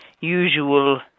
usual